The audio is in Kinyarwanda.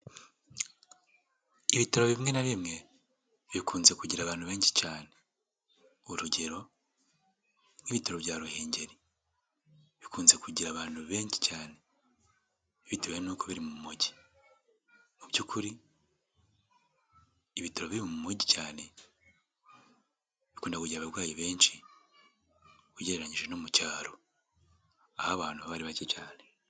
Ibitaro bimwe na bimwe, bikunze kugira abantu benshi cyane urugero nk'ibitaro bya Ruhengeri, bikunze kugira abantu benshi cyane bitewe n'uko biri mu mujyi, mu by'ukuri ibiro biri mu mujyi cyane, bikunda kugira abarwayi benshi ugereranyije no mu cyaro, aho abantu baba ari bake cyane.